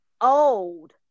old